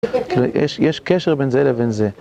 יש קשר בין זה לבין זה.